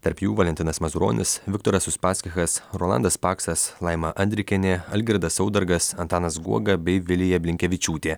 tarp jų valentinas mazuronis viktoras uspaskichas rolandas paksas laima andrikienė algirdas saudargas antanas guoga bei vilija blinkevičiūtė